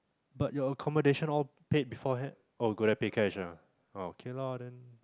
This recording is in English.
but your accommodation all paid beforehand oh go there pay cash ah oh okay ah